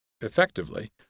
effectively